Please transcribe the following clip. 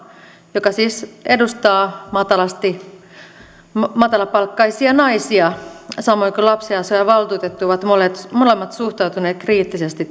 joka siis edustaa matalapalkkaisia naisia samoin kuin lapsiasiavaltuutettu ovat molemmat suhtautuneet kriittisesti